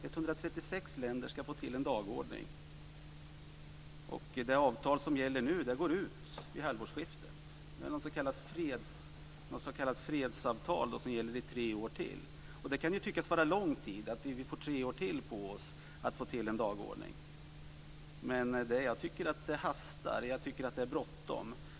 136 länder ska som sagt få till en dagordning. Det avtal som gäller nu går ut vid halvårsskiftet. Det är något som kallas fredsavtal som gäller i tre år till. Det kan tyckas vara lång tid att vi får tre år till på oss att få till en dagordning. Men jag tycker att det hastar. Jag tycker att det är bråttom.